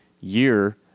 year